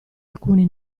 alcuni